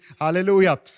Hallelujah